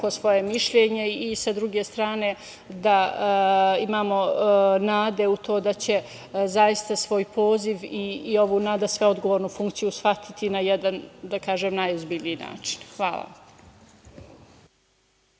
svoje mišljenje. Sa druge strane, da imamo nade u to da će zaista svoj poziv i ovu nadasve odgovornu funkciju shvatiti na jedan, da kažem, najozbiljniji način. Hvala.